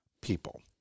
people